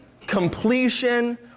completion